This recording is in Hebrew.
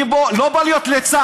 אני לא בא להיות ליצן.